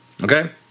okay